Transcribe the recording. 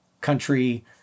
country